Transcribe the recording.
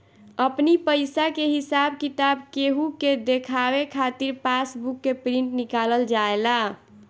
अपनी पईसा के हिसाब किताब केहू के देखावे खातिर पासबुक के प्रिंट निकालल जाएला